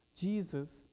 Jesus